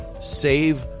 save